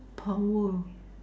power